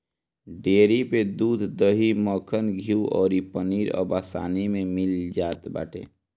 dairy पे दूध, दही, मक्खन, घीव अउरी पनीर अब आसानी में मिल जात बाटे